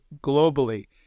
globally